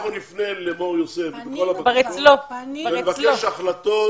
אנחנו נפנה למור-יוסף עם כל הבקשות ונבקש החלטות